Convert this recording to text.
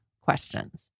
questions